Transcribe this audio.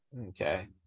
okay